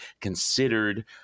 considered